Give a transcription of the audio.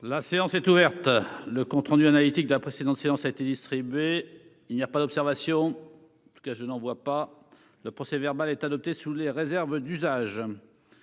La séance est ouverte. Le compte rendu analytique de la précédente séance a été distribué. Il n'y a pas d'observation ?... Le procès-verbal est adopté sous les réserves d'usage.